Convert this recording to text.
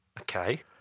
Okay